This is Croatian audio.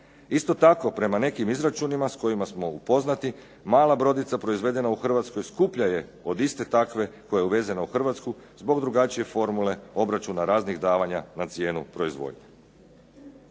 Isto tako, prema nekim izračunima s kojima smo upoznati mala brodica proizvedena u Hrvatskoj skuplja je od iste takve koja je uvezena u Hrvatsku zbog drugačije formule obračuna raznih davanja na cijenu proizvodnje.